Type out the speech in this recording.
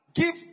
give